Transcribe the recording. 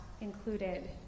included